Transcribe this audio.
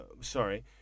Sorry